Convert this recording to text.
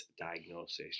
diagnosis